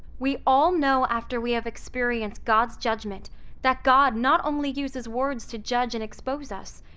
we all know after we have experienced god's judgment that god not only uses words to judge and expose us.